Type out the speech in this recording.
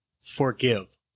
forgive